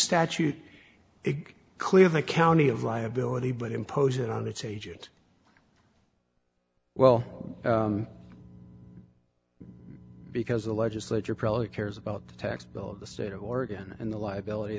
statute it clear the county of liability but impose it on its agent well because the legislature probably cares about the tax bill of the state of oregon and the liability